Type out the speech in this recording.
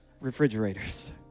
refrigerators